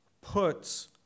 puts